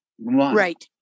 Right